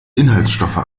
inhaltsstoffe